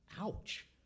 Ouch